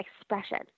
expression